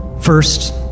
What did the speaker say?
First